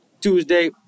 Tuesday